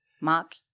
Mark